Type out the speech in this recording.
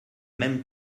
même